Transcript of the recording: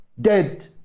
dead